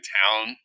town